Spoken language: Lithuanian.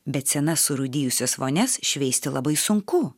bet senas surūdijusias vonias šveisti labai sunku